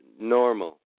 normal